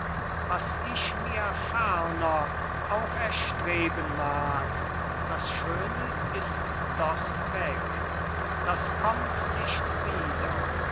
was ich mir ferner auch erstreben mag das schöne ist doch weg das kommt nicht wieder